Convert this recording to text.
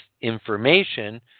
information